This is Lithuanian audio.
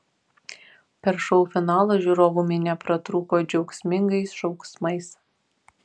per šou finalą žiūrovų minia pratrūko džiaugsmingais šauksmais